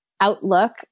outlook